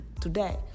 today